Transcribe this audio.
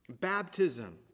baptism